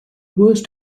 worst